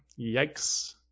yikes